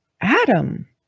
Adam